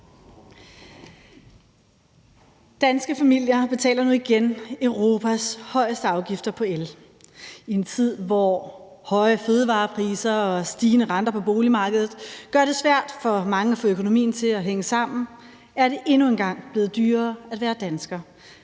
Danske familier betaler nu igen Europas højeste afgifter på el. I en tid, hvor høje fødevarepriser og stigende renter på boligmarkedet gør det svært for mange at få økonomien til at hænge sammen, er det endnu en gang blevet dyrere at være dansker.